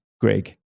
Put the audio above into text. greg